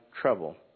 trouble